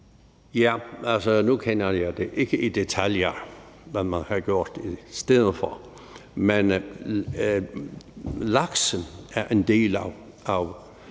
(SP): Nu kender jeg ikke i detaljer, hvad man har gjort i stedet for. Men laksen er en del af